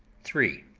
three.